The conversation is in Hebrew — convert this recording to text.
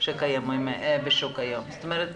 זאת אומרת,